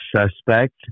suspect